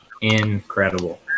Incredible